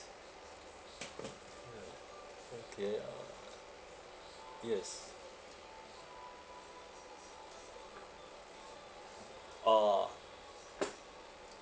okay ah yes a'ah